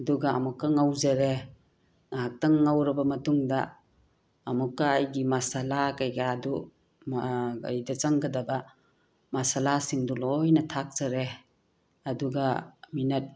ꯑꯗꯨꯒ ꯑꯃꯨꯛꯀ ꯉꯧꯖꯔꯦ ꯉꯥꯏꯍꯥꯛꯇꯪ ꯉꯧꯔꯕ ꯃꯇꯨꯡꯗ ꯑꯃꯨꯛꯀ ꯑꯩꯒꯤ ꯃꯁꯥꯂꯥ ꯀꯩꯀꯥꯗꯨ ꯀꯔꯤꯗ ꯆꯪꯒꯗꯕ ꯃꯁꯥꯂꯥꯁꯤꯡꯗꯨ ꯂꯣꯏꯅ ꯊꯥꯛꯆꯔꯦ ꯑꯗꯨꯒ ꯃꯤꯅꯠ